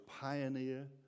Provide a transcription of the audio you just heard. Pioneer